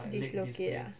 dislocate ah